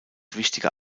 wichtiger